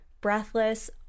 Breathless